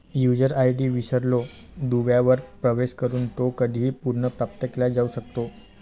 user ID विसरलो दुव्यावर प्रवेश करून तो कधीही पुनर्प्राप्त केला जाऊ शकतो